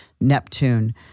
Neptune